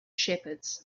shepherds